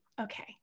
Okay